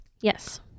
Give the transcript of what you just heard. yes